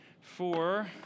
four